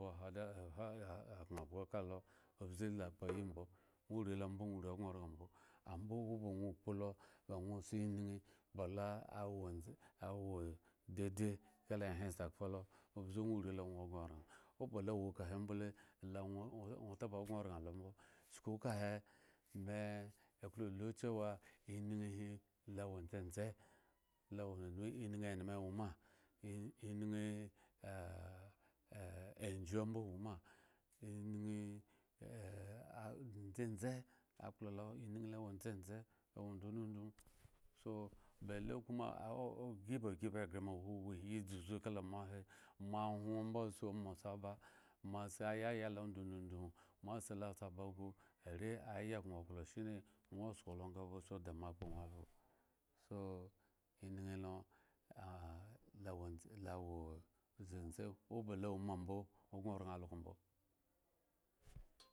okhrenbhga ka lo ŋworii lo ambo ŋwo urii lo gŋoraŋ mbo ambo oba ŋwo kpolo ba se enyinyi awo awondz awodede kala ehren sakhpa obze ŋwo urii lo ŋwo gŋoraŋ balo wo kahe mbole lo ŋwo taba gŋoraŋ lo mbo chuku kahe me klo lu chewa enyinyi hi lo wo ndzendze, enyinyi eneme, enyinyi eh eh eh ajhu ambo awoma enyinyi ndzendze akpla lo enyinyi lo wo ndzendze awo ndundundmu so bele koma mo ahwon mbo se omo se ba moasi yaya lo ndundundmu moasi lo so aba gu are aya gŋo klo shine ŋwo sko lo nga ba seda mo so enyinyi lo ah lawo ndzendze oba lo wo mbo ŋwo gŋoraŋ algo mbo.